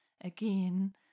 again